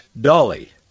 Dolly